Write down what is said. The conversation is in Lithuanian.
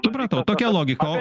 supratau tokia logika o